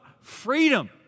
freedom